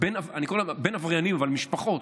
אני קורא לזה בין עבריינים, אבל בין משפחות,